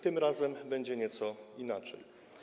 Tym razem będzie nieco inaczej.